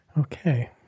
Okay